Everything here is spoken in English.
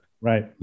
Right